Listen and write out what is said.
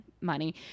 Money